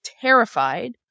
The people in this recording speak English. terrified